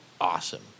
awesome